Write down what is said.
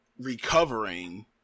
recovering